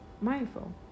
mindful